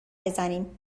بزنیم